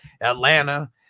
Atlanta